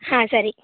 ಹಾಂ ಸರಿ